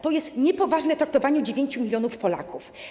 To jest niepoważne traktowanie 9 mln Polaków.